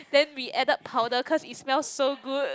then we added powder cause it smell so good